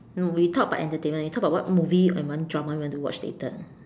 no we talk about entertainment we talk about what movie and one drama you want to watch later